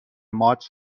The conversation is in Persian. ماچ